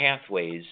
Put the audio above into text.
pathways